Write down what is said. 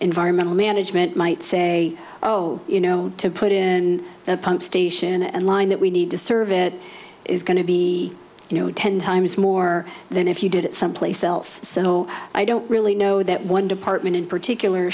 environmental management might say oh you know to put in a pump station and line that we need to serve it is going to be you know ten times more than if you did it someplace else so i don't really know that one department in particular